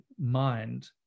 mind